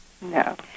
No